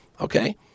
okay